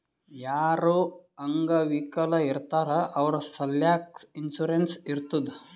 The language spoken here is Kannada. ಯಾರು ಅಂಗವಿಕಲ ಇರ್ತಾರ್ ಅವ್ರ ಸಲ್ಯಾಕ್ ಇನ್ಸೂರೆನ್ಸ್ ಇರ್ತುದ್